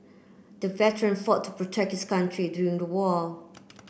the veteran fought to protect his country during the war